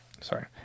sorry